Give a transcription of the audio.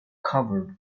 covered